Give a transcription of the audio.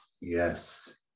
Yes